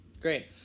Great